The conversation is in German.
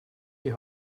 die